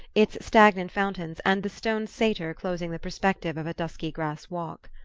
its stagnant fountains, and the stone satyr closing the perspective of a dusky grass-walk.